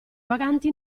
vaganti